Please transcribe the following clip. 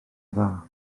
dda